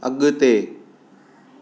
अॻिते